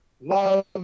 love